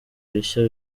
bishya